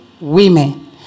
women